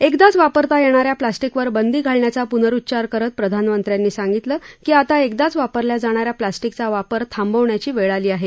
एकदाच वापरता येणाऱ्या प्लास्टिकवर बंदी घालण्याचा पुनरुच्चार करत प्रधानमंत्र्यांनी सांगितलं की आता एकदाच वापरल्या जाणा या प्लास्टिकचा वापर थांबवण्याची वेळ आली आहे